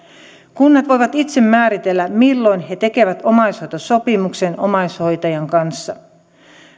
kunnat voivat itse määritellä milloin he tekevät omaishoitosopimuksen omaishoitajan kanssa